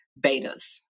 betas